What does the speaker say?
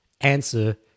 answer